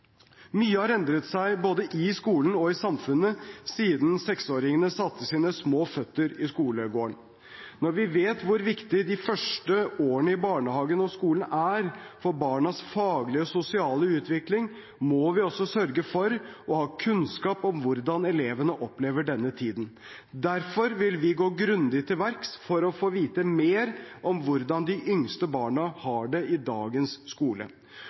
Mye har endret seg både i skolen og i samfunnet siden de første seksåringene satte sine små føtter i skolegården. Når vi vet hvor viktig de første årene i barnehagen og skolen er for barnas faglige og sosiale utvikling, må vi også sørge for å ha kunnskap om hvordan elevene opplever denne tiden. Derfor vil vi gå grundig til verks for å få vite mer om hvordan de yngste barna har det i dagens skole.